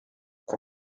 kui